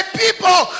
people